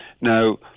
Now